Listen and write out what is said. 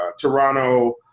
Toronto